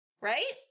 Right